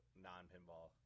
non-pinball